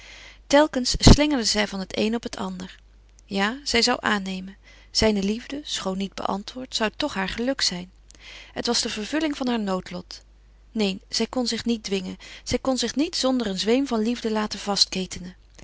telkens slingerde zij van het een op het ander ja zij zou aannemen zijne liefde schoon niet beantwoord zou toch haar geluk zijn het was de vervulling van haar noodlot neen zij kon zich niet dwingen zij kon zich niet zonder een zweem van liefde laten vastketenen